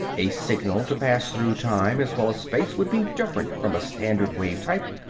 a signal to pass through time as well as space would be different from a standard wave-type!